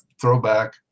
throwback